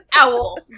owl